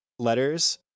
Letters